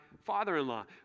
father-in-law